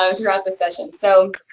so throughout the session. so.